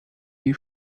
die